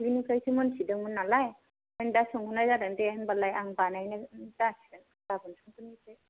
दाख्लिनिफ्रायसो मिन्थिदोंमोन नालाय ओंखायनो दा सोंहरनाय जादों दे होनब्लाय आं बानायनाय जासिगोन गाबोन संफोरनिफ्राय